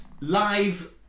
Live